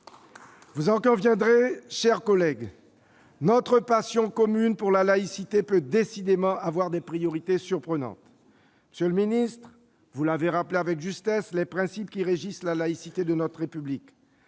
Vous en conviendrez, mes chers collègues, notre passion commune pour la laïcité peut décidément avoir des priorités surprenantes. Monsieur le ministre, vous avez rappelé avec justesse les principes qui régissent la laïcité de notre République.